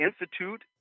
Institute